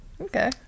Okay